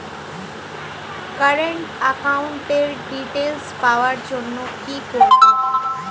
Current একাউন্টের details পাওয়ার জন্য কি করব?